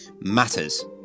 matters